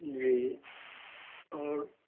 जी और